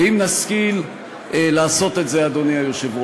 ואם נשכיל לעשות את זה, אדוני היושב-ראש,